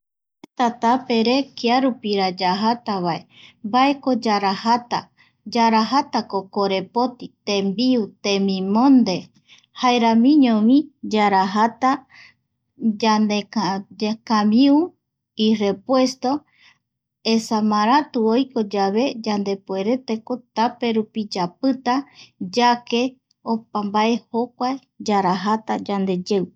A tapere kiarupira yajatavae, mbaeko yarajata, yarajatako korepoti, tembiu, temimonde, jaeramiñovi yarajata ñanekamiu irepuesto esa maratu oiko yave yandepueretako taperupi yapita yake opa mbae jokua yarajata yandeyeugui